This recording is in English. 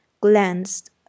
glanced